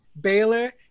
Baylor